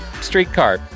streetcar